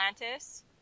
atlantis